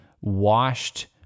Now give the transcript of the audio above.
washed